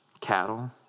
cattle